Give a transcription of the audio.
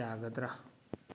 ꯌꯥꯒꯗ꯭ꯔꯥ